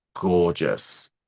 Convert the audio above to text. gorgeous